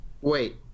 Wait